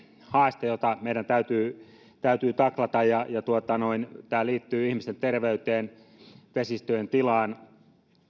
haaste joka meidän täytyy täytyy taklata ja tämä liittyy ihmisten terveyteen ja vesistöjen tilaan